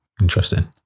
Interesting